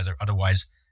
otherwise